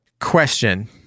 Question